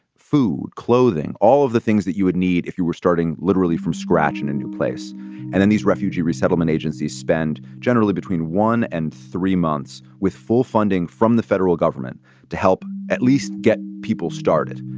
food, clothing, all of the things that you would need if you were starting literally from scratch in a new place and then these refugee resettlement agencies spend generally between one and three months with full funding from the federal government to help at least get people started